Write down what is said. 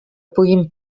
puguin